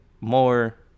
more